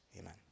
amen